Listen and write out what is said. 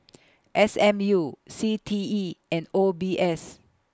S M U C T E and O B S